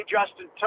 Justin